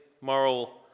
moral